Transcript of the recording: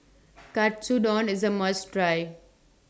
Katsudon IS A must Try